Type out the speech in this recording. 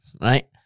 Right